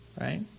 right